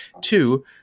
two